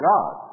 God